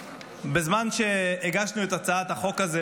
בזמן שהגשנו את הצעת החוק הזו,